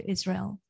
Israel